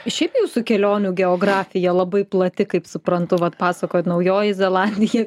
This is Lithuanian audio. šiaip jūsų kelionių geografija labai plati kaip suprantu vat pasakojot naujoji zelandija